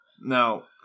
Now